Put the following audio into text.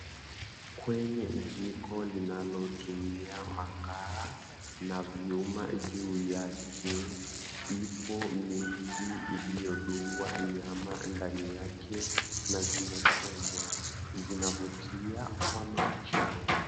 Kwenye jiko linalotumia makaa na vyuma juu yake ipo miti iliyodungwa nyama ndani yake na zinachomwa zinavutia kwa macho.